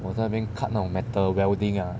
我在那边 cut 那种 metal welding ah